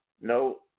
no